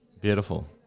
Beautiful